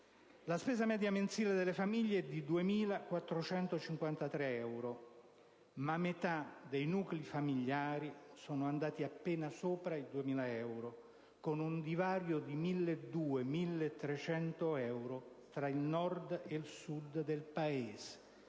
La spesa media mensile delle famiglie è di 2.453 euro, ma metà dei nuclei familiari sono andati appena sopra i 2.000 euro, con un divario di 1.200-1.300 euro tra il Nord e il Sud del Paese.